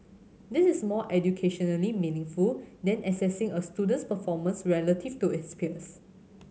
this is more educationally meaningful than assessing a student's performance relative to it's peers